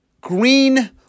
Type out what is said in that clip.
Green